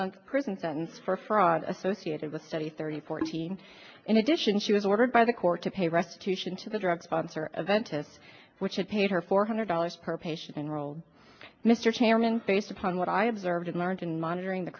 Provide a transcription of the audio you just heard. month prison sentence for fraud associated with a study thirty fourteen in addition she was ordered by the court to pay restitution to the drug sponsor of ventas which had paid her four hundred dollars per patient enrolled mr chairman based upon what i observed and learned in monitoring the